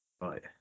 Right